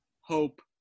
hope